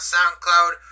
SoundCloud